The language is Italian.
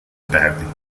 perdita